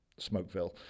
Smokeville